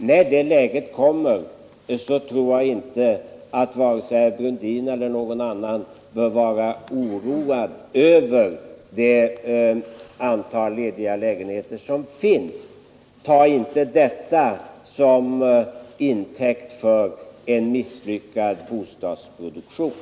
När det läget kommer tror jag inte att vare sig herr Brundin eller någon annan behöver vara oroad över det antal lediga lägenheter som finns. Ta inte detta till intäkt för att vi har en misslyckad bostadsproduktion!